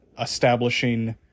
establishing